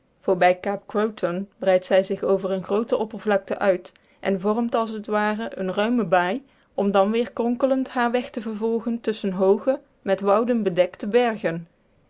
voorbij kaap croton breidt zij zich over een groote oppervlakte uit en vormt als t ware eene ruime baai om dan weer kronkelend haren weg te vervolgen tusschen hooge met wouden bedekte bergen